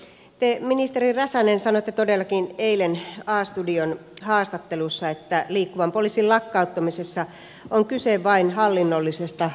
te ministeri räsänen sanoitte todellakin eilen a studion haastattelussa että liikkuvan poliisin lakkauttamisessa on kyse vain hallinnollisesta uudistamisesta